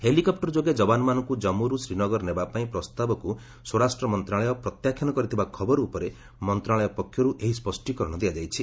helicopter ଯୋଗେ ଯବାନମାନଙ୍କୁ ଜାମ୍ମୁରୁ ଶ୍ରୀନଗର ନେବା ପାଇଁ ପ୍ରସ୍ତାବକୁ ସ୍ୱରାଷ୍ଟ୍ର ମନ୍ତ୍ରଣାଳୟ ପ୍ରତ୍ୟାଖ୍ୟାନ କରିଥିବା ଖବର ଉପରେ ମନ୍ତ୍ରଣାଳୟ ପକ୍ଷରୁ ଏହି ସ୍ୱଷ୍ଟିକରଣ ଦିଆଯାଇଛି